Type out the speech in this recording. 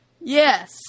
Yes